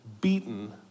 beaten